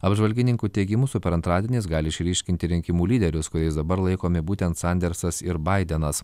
apžvalgininkų teigimu super antradienis gali išryškinti rinkimų lyderius kuriais dabar laikomi būtent sandersas ir baidenas